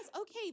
okay